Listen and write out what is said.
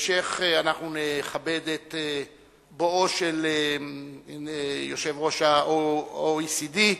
בהמשך נכבד את בואו של יושב-ראש ה-OECD,